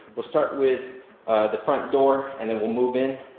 we'll start with the front door and then we'll move in.